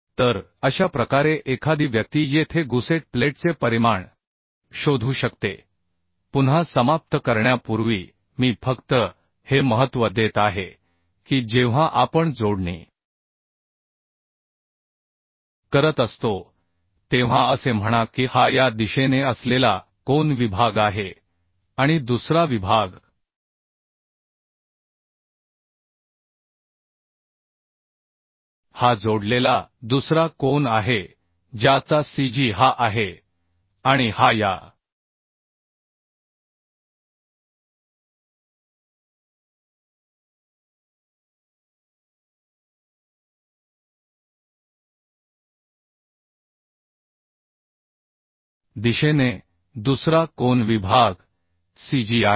तर अशा प्रकारे एखादी व्यक्ती येथे गुसेट प्लेटचे परिमाण शोधू शकते पुन्हा समाप्त करण्यापूर्वी मी फक्त हे महत्त्व देत आहे की जेव्हा आपण जोडणी करत असतो तेव्हा असे म्हणा की हा या दिशेने असलेला कोन विभाग आहे आणि दुसरा विभाग हा जोडलेला दुसरा कोन आहे ज्याचा cg हा आहे आणि हा या दिशेने दुसरा कोन विभाग cg आहे